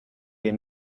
des